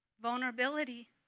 Vulnerability